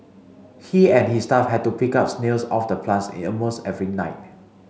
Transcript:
he and his staff have to pick snails off the plants almost every night